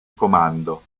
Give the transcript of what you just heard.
comando